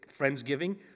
friendsgiving